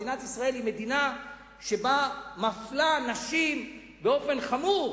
מדינת ישראל היא מדינה שמפלה נשים באופן חמור.